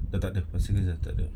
tak tak tak pasir ris tak ada